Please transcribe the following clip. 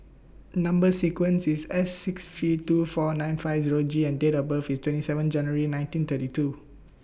Number sequence IS S six three two four nine five Zero G and Date of birth IS twenty seven January nineteen thirty two